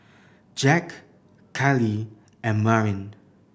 Jack Kalie and Marin